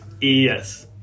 Yes